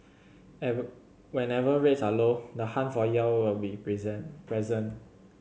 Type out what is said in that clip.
and whenever rates are low the hunt for yield will be present present